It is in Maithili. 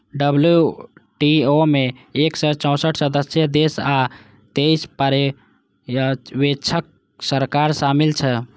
डब्ल्यू.टी.ओ मे एक सय चौंसठ सदस्य देश आ तेइस पर्यवेक्षक सरकार शामिल छै